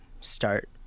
start